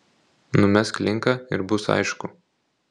numesk linką ir bus aišku